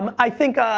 um i think,